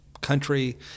country